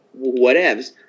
whatevs